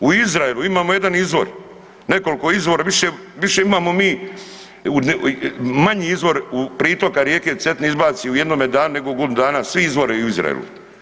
U Izraelu imamo jedan izvor, nekoliko izvora, više, više imamo mi, manji izvor pritoka rijeke Cetine izbaci u jednome danu nego u godinu dana svi izvori u Izraelu.